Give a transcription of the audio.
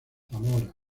zamora